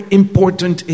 important